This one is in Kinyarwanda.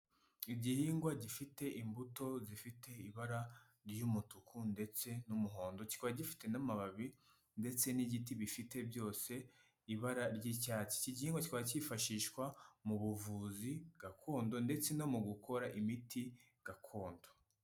Igihingwa gifite imbuto zifite ibara ry'umutuku ndetse n'umuhondo, kikaba gifite n'amababi ndetse n'igiti bifite byose ibara ry'icyatsi, iki gihingwa kikaba cyifashishwa mu buvuzi gakondo ndetse no mu gukora imiti gakondo.